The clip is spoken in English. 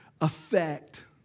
affect